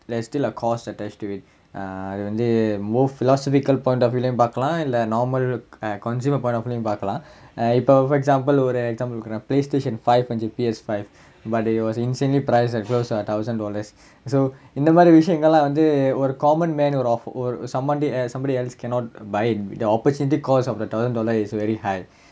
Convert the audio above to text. there's still a cost attached to it err அது வந்து:athu vanthu more philosophical point of view lah யும் பாக்கலாம் இல்ல:yum paakkalaam illa normal cosumer point of view leh யும் பாக்கலாம் இப்ப:yum paakkalaam ippa for example playstation five P_S five but it was insanely priced close to a thousand dollars so இந்த மாறி விஷயங்கள்லா வந்து ஒரு:intha maari vishayankallaa vanthu oru common man ஒரு:oru of ஒரு:oru somebody else cannot buy the opportunity cost of the thousand dollars is very high